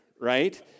right